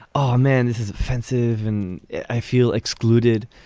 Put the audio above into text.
oh, man, this is offensive and i feel excluded.